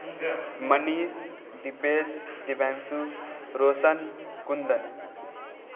Manish Dipesh Divyanshu Roshan Kundan